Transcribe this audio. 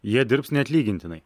jie dirbs neatlygintinai